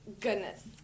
goodness